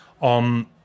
on